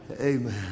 Amen